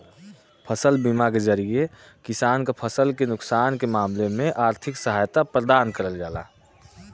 फसल बीमा के जरिये किसान क फसल के नुकसान के मामले में आर्थिक सहायता प्रदान करल जाला